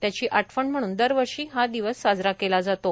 त्याची आठवण म्हणून दरवर्षी हा दिवस साजरा केला जातो